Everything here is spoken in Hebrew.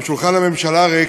גם שולחן הממשלה ריק.